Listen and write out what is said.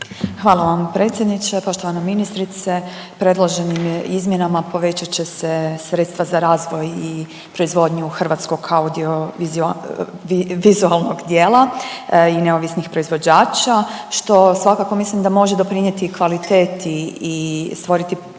Hvala vam predsjedniče, poštovana ministrice. Predloženim izmjenama povećat će se sredstva za razvoj i proizvodnju hrvatskog audio-vizualnog dijela i neovisnih proizvođača što svakako mislim da može doprinijeti kvaliteti i stvoriti povoljne